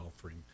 offering